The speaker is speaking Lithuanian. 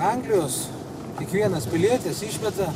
anglijos kiekvienas pilietis išmeta